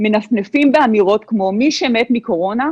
מנפנפים באמירות כמו: - מי שמת מקורונה,